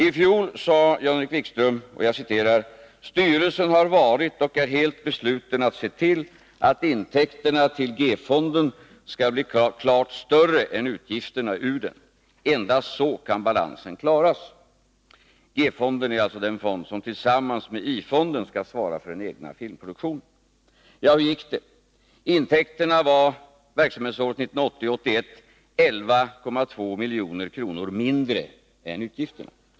I fjol sade Jan-Erik Wikström: ”Styrelsen har varit och är helt besluten att se till att intäkterna till G-fonden skall bli klart större än utgifterna ur den. Endast så kan balansen klaras.” G-fonden är den fond som tillsammans med I-fonden skall svara för den egna filmproduktionen. Hur gick det då? För verksamhetsåret 1980/81 var intäkterna 11,2 milj.kr. mindre än utgifterna.